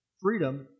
Freedom